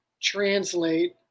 translate